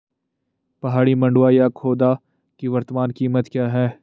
पहाड़ी मंडुवा या खोदा की वर्तमान कीमत क्या है?